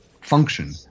function